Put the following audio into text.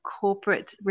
corporate